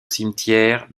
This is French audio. cimetière